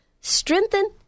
strengthen